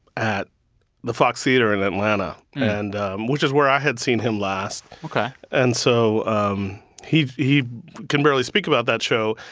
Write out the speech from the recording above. at the fox theatre in atlanta and which is where i had seen him last ok and so um he he can barely speak about that show,